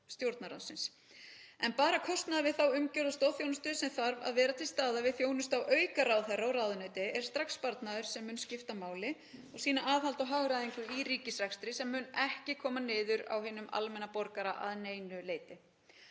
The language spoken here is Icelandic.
En bara kostnaður við þá umgjörð og stoðþjónustu sem þarf að vera til staðar við þjónustu á aukaráðherra og -ráðuneyti er strax sparnaður sem mun skipta máli og sýna aðhald og hagræðingu í ríkisrekstri sem mun ekki koma niður á hinum almenna borgara að neinu leyti.